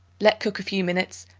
let cook a few minutes,